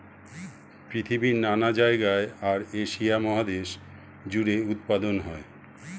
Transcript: পৃথিবীর নানা জায়গায় আর এশিয়া মহাদেশ জুড়ে উৎপাদন হয়